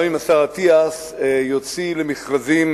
גם אם השר אטיאס יוציא למכרזים